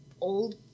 old